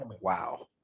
wow